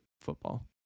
football